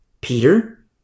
Peter